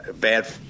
bad